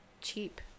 Cheap